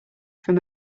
from